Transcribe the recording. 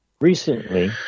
Recently